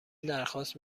درخواست